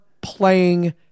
playing